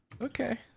Okay